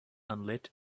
unlit